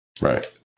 Right